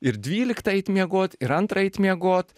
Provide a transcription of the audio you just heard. ir dvyliktą eit miegot ir antrą eit miegot